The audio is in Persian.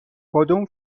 کدوم